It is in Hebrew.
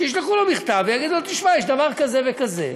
שישלחו לו מכתב ויגידו לו: תשמע, יש דבר כזה וכזה,